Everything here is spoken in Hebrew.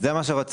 זה מה שרצינו,